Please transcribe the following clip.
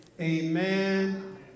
Amen